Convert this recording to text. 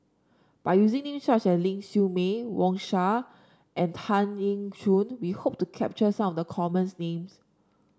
by using name such as Ling Siew May Wang Sha and Tan Eng Yoon we hope to capture some of the commons names